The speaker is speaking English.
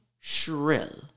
shrill